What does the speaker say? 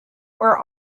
where